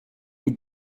you